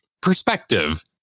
perspective